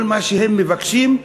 כל מה שהם מבקשים: